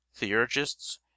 theurgists